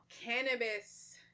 cannabis